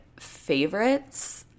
favorites